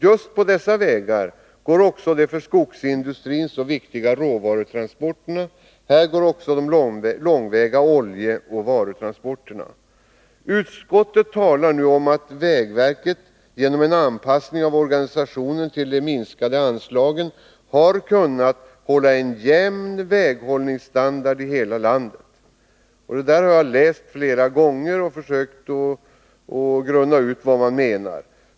Just på dessa vägar går också de för skogsindustrin så viktiga råvarutransporterna och de långväga oljeoch varutransporterna. Utskottet talar nu om att vägverket, genom en anpassning av organisationen till de minskade anslagen, har kunnat hålla en jämn väghållningsstandard i hela landet. Jag har läst detta flera gånger och grunnat på vad man menar.